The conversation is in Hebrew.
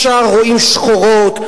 ישר רואים שחורות,